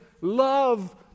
love